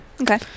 Okay